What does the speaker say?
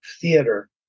theater